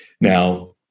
Now